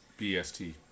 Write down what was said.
BST